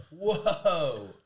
Whoa